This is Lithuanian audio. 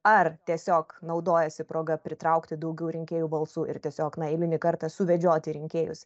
ar tiesiog naudojasi proga pritraukti daugiau rinkėjų balsų ir tiesiog na eilinį kartą suvedžioti rinkėjus